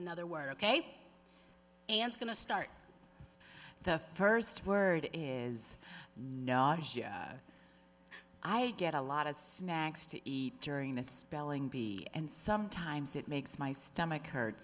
another word ok and going to start the first word is no i get a lot of snacks to eat during the spelling bee and sometimes it makes my stomach hurt